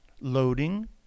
loading